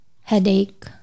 headache